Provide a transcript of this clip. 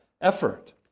effort